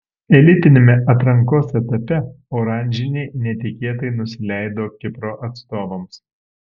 elitiniame atrankos etape oranžiniai netikėtai nusileido kipro atstovams